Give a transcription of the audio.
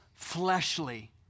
fleshly